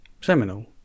seminal